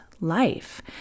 life